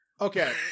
Okay